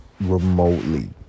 remotely